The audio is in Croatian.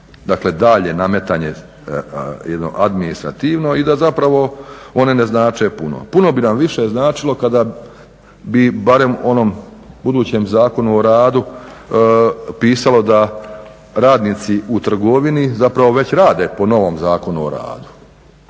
dakle daljnje nametanje jedno administrativno i da zapravo one ne znače puno. Puno bi nam više značilo kada bi barem u onom budućem Zakonu o radu pisalo da radnici u trgovini zapravo već rade po novom Zakonu o radu.